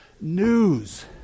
news